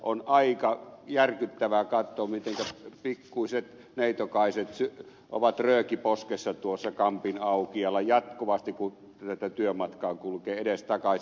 on aika järkyttävää katsoa mitenkä pikkuiset neitokaiset ovat rööki poskessa tuossa kampin aukiolla jatkuvasti kun tätä työmatkaa kulkee edestakaisin